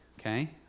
okay